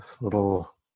little